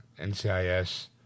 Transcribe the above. NCIS